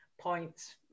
points